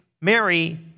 Mary